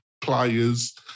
players